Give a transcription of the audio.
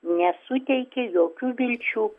nesuteikė jokių vilčių